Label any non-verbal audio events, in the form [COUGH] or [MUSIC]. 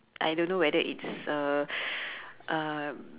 I don't know whether it's err [BREATH] uh